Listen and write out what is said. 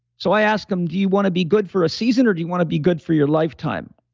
so i ask them, do you want to be good for a season, or do you want to be good for your lifetime?